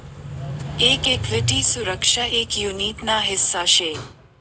एक इक्विटी सुरक्षा एक युनीट ना हिस्सा शे